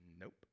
Nope